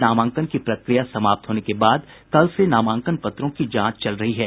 नामांकन की प्रक्रिया समाप्त होने के बाद कल से नामांकन पत्रों की जांच की जा रही है